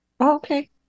Okay